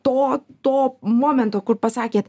to to momento kur pasakėt